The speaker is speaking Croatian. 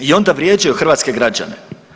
I onda vrijeđaju hrvatske građane.